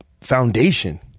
foundation